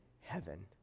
heaven